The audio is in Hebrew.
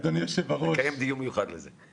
נקיים דיון מיוחד על זה.